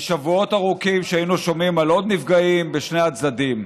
משבועות ארוכים שבהם היינו שומעים על עוד נפגעים בשני הצדדים.